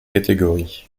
catégorie